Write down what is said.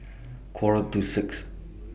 Quarter to six